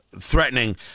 threatening